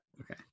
Okay